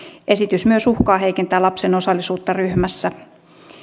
esitys myös uhkaa heikentää lapsen osallisuutta ryhmässä